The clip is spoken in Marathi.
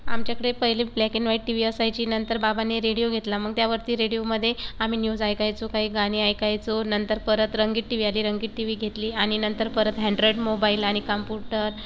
आमच्याकडे पहिले black and white T V असायची नंतर बाबांनी रेडिओ घेतला मग त्यावरती रेडिओमध्ये आम्ही न्यूज ऐकायचो काहीे गाणी ऐकायचो नंतर परत रंगीत टी वी आली रंगीत टी वी घेतली आणि नंतर परत हँड्राइड मोबाईल आणि कांपुटर